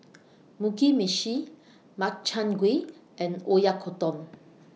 Mugi Meshi Makchang Gui and Oyakodon